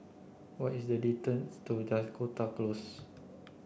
what is the distance to Dakota Close